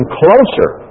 closer